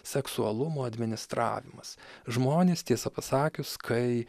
seksualumo administravimas žmonės tiesą pasakius kai